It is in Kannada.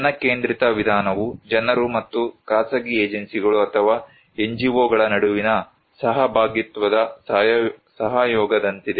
ಜನ ಕೇಂದ್ರಿತ ವಿಧಾನವು ಜನರು ಮತ್ತು ಖಾಸಗಿ ಏಜೆನ್ಸಿಗಳು ಅಥವಾ NGO ಗಳ ನಡುವಿನ ಸಹಭಾಗಿತ್ವದ ಸಹಯೋಗದಂತಿದೆ